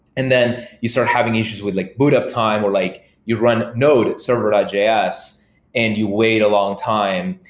and then you start having issues with like boot up time or like you run nodeserver and js and you wait a long time,